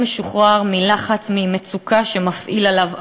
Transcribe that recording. משוחרר מלחץ וממצוקה שמפעיל עליו הפוגע.